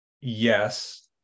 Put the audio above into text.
yes